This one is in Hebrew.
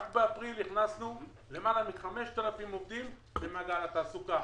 רק באפריל הכנסתנו למעלה מ-5,000 עובדים במעגל התעסוקה.